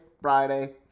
Friday